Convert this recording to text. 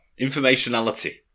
Informationality